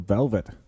Velvet